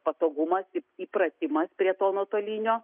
patogumas įpratimas prie to nuotolinio